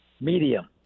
medium